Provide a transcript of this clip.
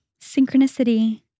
Synchronicity